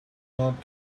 not